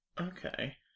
Okay